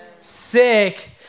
sick